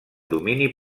domini